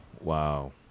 wow